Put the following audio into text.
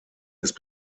ist